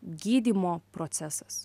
gydymo procesas